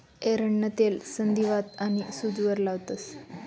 एरंडनं तेल संधीवात आनी सूजवर लावतंस